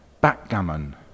backgammon